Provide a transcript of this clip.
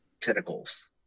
tentacles